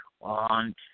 on